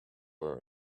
were